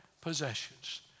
possessions